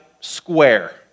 square